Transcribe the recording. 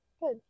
Good